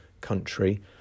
country